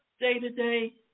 day-to-day